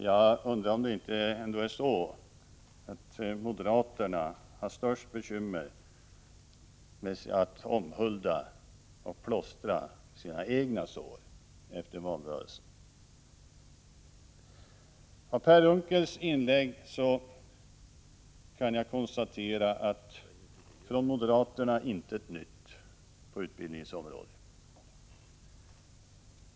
Jag undrar om det inte ändå är så att moderaterna har störst bekymmer med att omhulda och plåstra om sina egna sår efter valrörelsen. Av Per Unckels inlägg kan jag konstatera: från moderaterna intet nytt på utbildningens område.